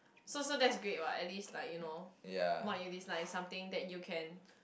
so so that's great what at least like what you dislike is something that you can